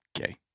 Okay